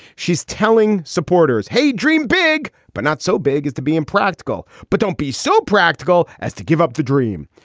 she's telling supporters, hey, dream big, but not so big as to be impractical. but don't be so practical as to give up the dream.